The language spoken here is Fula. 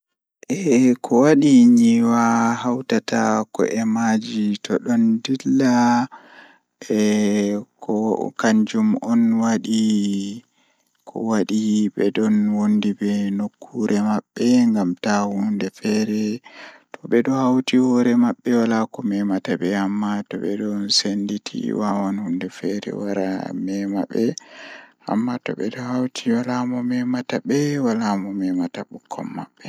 Eh ɗum boɗɗum masin kondei ayaha asupta mo laamata ma Tawa e laawol politik, vote ndiyam e hakkunde caɗeele ɓe. Ko sabu hakkunde e election, yimɓe foti heɓugol farɗe, kala moƴƴi foti yewtude laawol tawa hayɓe. Kono, wano waɗde vote, ko moƴƴi njama aɗɗa faami, heɓugol firtiiɗo ngoodi, fota hayɓe ngam firtiimaaji.